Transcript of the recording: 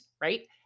right